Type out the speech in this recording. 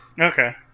Okay